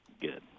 good